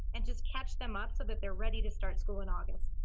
and just catch them up so that they're ready to start school in august.